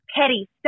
petty